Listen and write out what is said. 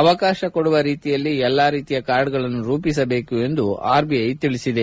ಅವಕಾಶ ಕೊಡುವ ರೀತಿಯಲ್ಲಿ ಎಲ್ಲ ರೀತಿಯ ಕಾರ್ಡ್ಗಳನ್ನು ರೂಪಿಸಬೇಕು ಎಂದು ಆರ್ಬಿಐ ತಿಳಿಸಿದೆ